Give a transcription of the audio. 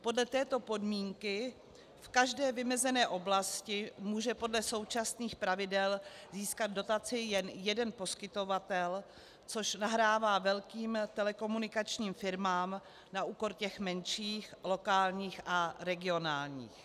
Podle této podmínky v každé vymezené oblasti může podle současných pravidel získat dotaci jen jeden poskytovatel, což nahrává velkým telekomunikačním firmám na úkor těch menších lokálních a regionálních.